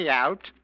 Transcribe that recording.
out